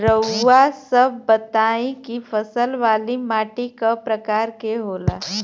रउआ सब बताई कि फसल वाली माटी क प्रकार के होला?